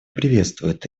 приветствует